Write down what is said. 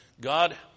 God